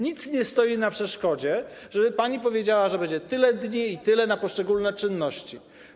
Nic nie stoi na przeszkodzie, żeby pani powiedziała, że będzie tyle i tyle dni na poszczególne czynności.